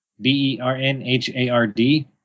B-E-R-N-H-A-R-D